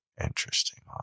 Interesting